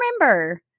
remember